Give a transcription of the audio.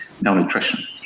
malnutrition